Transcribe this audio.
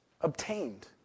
Obtained